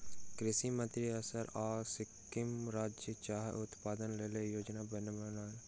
कृषि मंत्री असम आ सिक्किम राज्यक चाह उत्पादनक लेल योजना बनौलैन